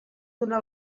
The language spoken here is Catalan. donar